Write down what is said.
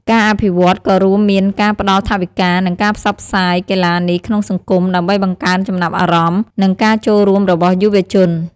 ការអភិវឌ្ឍន៍ក៏រួមមានការផ្តល់ថវិកា និងការផ្សព្វផ្សាយកីឡានេះក្នុងសង្គម ដើម្បីបង្កើនចំណាប់អារម្មណ៍ និងការចូលរួមរបស់យុវជន។